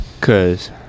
cause